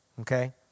Okay